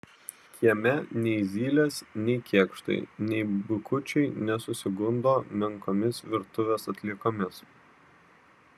kieme nei zylės nei kėkštai nei bukučiai nesusigundo menkomis virtuvės atliekomis